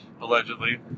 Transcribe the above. allegedly